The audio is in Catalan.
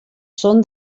són